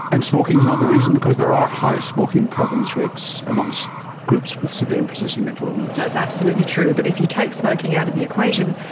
and smoking is not the reason? because there are high smoking prevalence rates amongst groups with severe and persistent mental illness. that's absolutely true, but if you take smoking out of the equation,